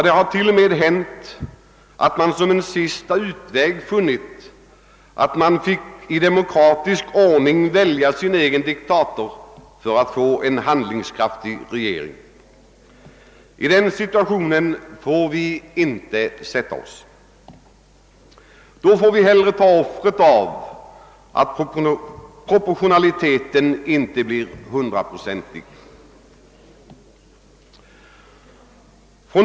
Det har t.o.m. hänt att man som en sista utväg har varit tvungen att i demokratisk ordning välja sin egen diktator för att få en handlingskraftig regering. Vi får inte försätta oss i en sådan situation. Då får vi hellre ta det offret att proportionaliteten inte blir hundraprocentig.